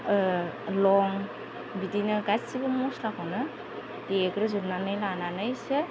लं बिदिनो गासिबो मस्लाखौनो देग्रो जोबनानै लानानैसो